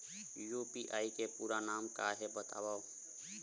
UPI के पूरा नाम का हे बतावव?